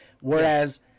whereas